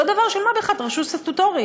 לא דבר של מה בכך, רשות סטטוטורית,